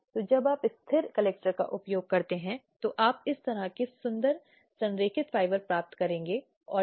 अब दिए जा रहे उत्तरों की प्रक्रिया में अगर कोई बड़ी विसंगतियां हैं तो बड़ी खामियां हैं जो इस प्रक्रिया में नजर आती हैं